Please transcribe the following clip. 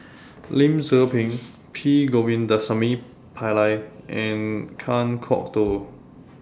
Lim Tze Peng P Govindasamy Pillai and Kan Kwok Toh